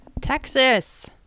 Texas